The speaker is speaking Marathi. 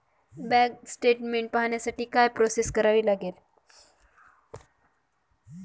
बँक स्टेटमेन्ट पाहण्यासाठी काय प्रोसेस करावी लागेल?